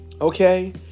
okay